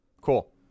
cool